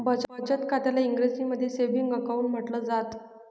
बचत खात्याला इंग्रजीमध्ये सेविंग अकाउंट म्हटलं जातं